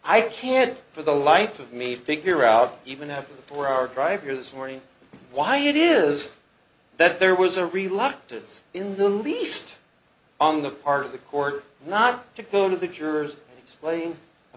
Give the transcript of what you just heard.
i can't for the life of me figure out even after the four hour drive here this morning why it is that there was a reluctance in the least on the part of the court not to go to the jurors explain